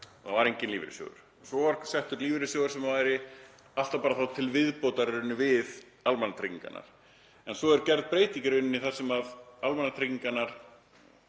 það var enginn lífeyrissjóður. Svo var settur lífeyrissjóður sem væri alltaf bara þá til viðbótar í rauninni við almannatryggingarnar. En svo er gerð breyting í rauninni þar sem almannatryggingarnar